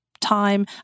time